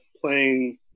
playing